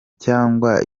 cyangwa